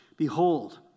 Behold